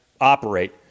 operate